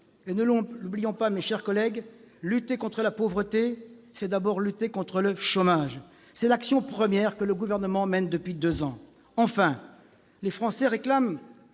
Et ne l'oublions pas, lutter contre la pauvreté, c'est d'abord lutter contre le chômage. C'est l'action première que mène le Gouvernement depuis deux ans. Enfin, les Français réclament